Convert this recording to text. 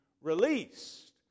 released